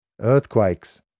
Earthquakes